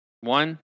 One